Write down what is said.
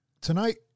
tonight